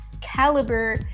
caliber